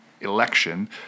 election